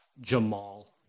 Jamal